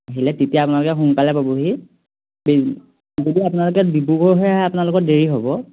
আহিলে তেতিয়া আপোনালোকে সোনকালে পাবহি দেই যদি আপোনালোকে ডিব্ৰুগড় হৈ আহে আপোনালোকৰ দেৰি হ'ব